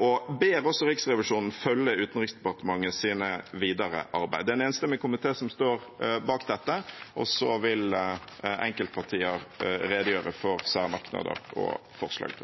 og ber også Riksrevisjonen følge Utenriksdepartementets videre arbeid. Det er en enstemmig komité som står bak dette, og så vil enkeltpartier redegjøre for særmerknader og forslag.